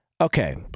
Okay